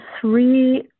three